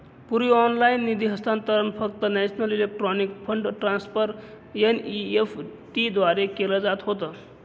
पूर्वी ऑनलाइन निधी हस्तांतरण फक्त national electronic fund transfer NEFT द्वारे केले जात होते